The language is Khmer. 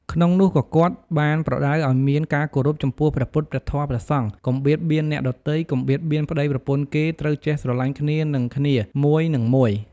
ក្នុងនោះក៏គាត់បានប្រដៅឲ្យមាន ការគោរពចំពោះព្រះពុទ្ធ ព្រះធម៌ ព្រះសង្ឃ កុំបៀតបៀនអ្នកដទៃ កុំបៀតបៀនប្តីប្រពន្ធគេ ត្រូវចេះស្រលាញ់គ្នានិងគ្នាមួយនិងមួយ។